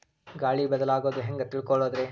ಗಾಳಿ ಬದಲಾಗೊದು ಹ್ಯಾಂಗ್ ತಿಳ್ಕೋಳೊದ್ರೇ?